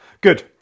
Good